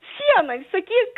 sienai sakyk